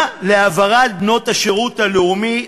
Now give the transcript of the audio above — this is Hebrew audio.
מה להעברת בנות השירות הלאומי,